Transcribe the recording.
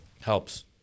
helps